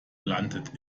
landet